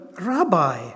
Rabbi